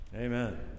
Amen